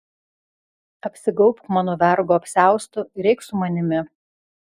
apsigaubk mano vergo apsiaustu ir eik su manimi